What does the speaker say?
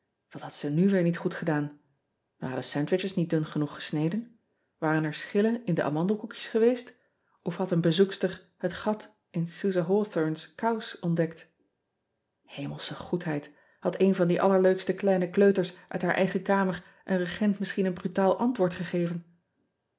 at had ze nu weer niet goed gedaan aren de sandwiches niet dun genoeg gesneden waren er schillen in de amandelkoekjes geweest of had een bezoekster het gat in uze awthorns kous ontdekt emelsche goedheid had een van die allerleukste kleine kleuters uit haar eigen kamer een regent misschien een brutaal antwoord gegeven